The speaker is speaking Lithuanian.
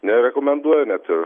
nerekomenduoja net ir